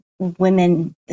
women